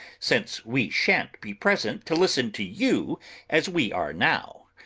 since we shan't be present to listen to you as we are now.